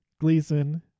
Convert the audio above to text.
Gleason